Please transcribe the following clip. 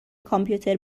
کامپیوتر